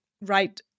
right